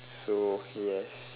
so yes